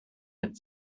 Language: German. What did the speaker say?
mit